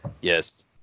Yes